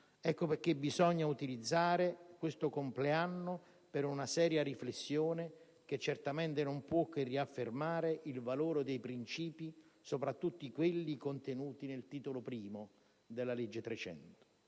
Ecco perché bisogna utilizzare questo anniversario per una seria riflessione, che certamente non può che riaffermare il valore dei principi, soprattutto di quelli contenuti nel Titolo I della legge. 300.